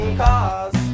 cars